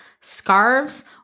scarves